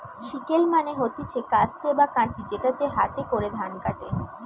sickle মানে হতিছে কাস্তে বা কাঁচি যেটাতে হাতে করে ধান কাটে